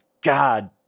God